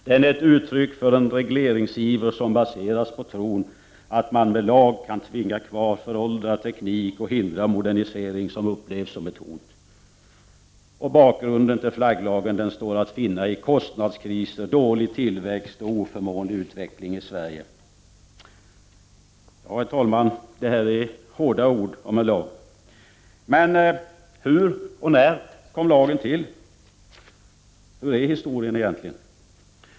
Den är ett uttryck för regleringsiver som baseras på tron att man med lag kan tvinga kvar föråldrad teknik och hindra modernisering som upplevs som ett hot. Bakgrunden till flagglagen, säger de, står att finna i kostnadskriser, dålig tillväxt och oförmånlig utveckling i Sverige. Ja, herr talman, det är hårda ord om en lag. Men, hur och när kom lagen till? Hur är historien egentligen?